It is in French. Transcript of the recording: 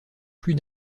plus